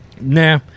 Nah